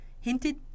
hinted